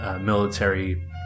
military